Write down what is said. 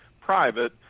private